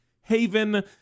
Haven